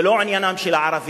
זה לא עניינם של הערבים,